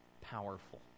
powerful